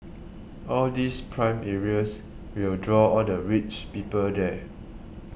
all these prime areas will draw all the rich people there